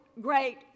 great